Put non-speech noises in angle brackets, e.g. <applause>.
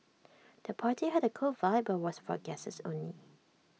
<noise> the party had A cool vibe but was for guests only